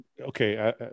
okay